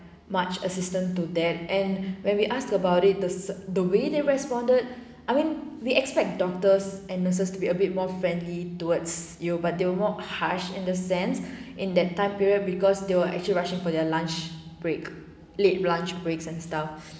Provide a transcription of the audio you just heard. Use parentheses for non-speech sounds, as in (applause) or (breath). much assistance to that and when we asked about it the the way they responded I mean we expect doctors and nurses to be a bit more friendly towards you but they were more harsh in the sense in that time period because they were actually rushing for their lunch break late lunch breaks and stuff (breath)